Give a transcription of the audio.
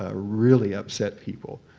ah really upset people,